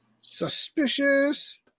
Suspicious